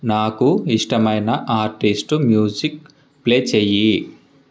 నాకు ఇష్టమైన artist music play చెయ్యి